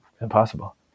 impossible